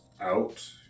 out